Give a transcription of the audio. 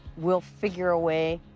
we'll figure a way.